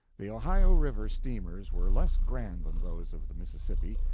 the ohio river steamers were less grand than those of the mississippi,